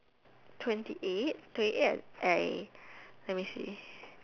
twenty eight twenty eight I let me see